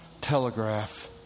telegraph